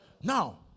Now